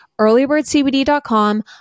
earlybirdcbd.com